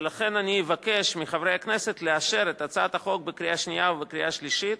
ולכן אבקש מחברי הכנסת לאשר את הצעת החוק בקריאה שנייה ובקריאה שלישית,